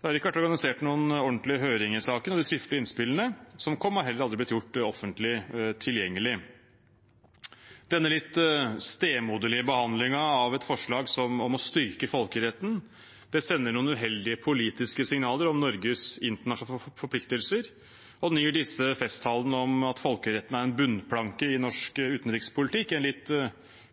Det har ikke vært organisert noen ordentlig høring i saken, og de skriftlige innspillene som kom, har heller aldri blitt gjort offentlig tilgjengelige. Denne litt stemoderlige behandlingen av et forslag om å styrke folkeretten sender noen uheldige politiske signaler om Norges internasjonale forpliktelser, gir disse festtalene om at folkeretten er en bunnplanke i norsk utenrikspolitikk,